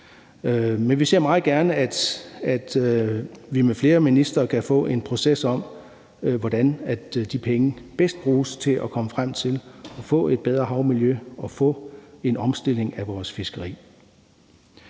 Men vi ser meget gerne, at vi med flere ministre kan få en proces, hvor vi snakker om, hvordan de penge bedst kan bruges til at komme frem til at få et bedre havmiljø og en omstilling af vores fiskeri.